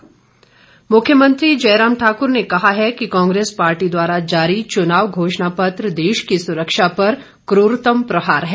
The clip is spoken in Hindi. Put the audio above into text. जयराम मुख्यमंत्री जयराम ठाक्र ने कहा है कि कांग्रेस पार्टी द्वारा जारी चुनाव घोषणापत्र देश की सुरक्षा पर क्ररतम प्रहार है